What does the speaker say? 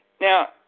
Now